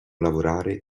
lavorare